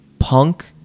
Punk